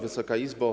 Wysoka Izbo!